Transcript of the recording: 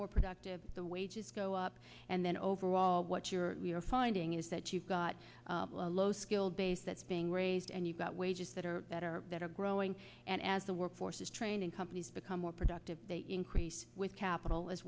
more productive the wages go up and then overall what you're finding is that you've got a low skill base that's being raised and you've got wages that are better that are growing and as a workforce is training companies become more productive they increase with capital as